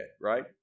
right